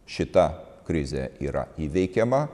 šita krizė yra įveikiama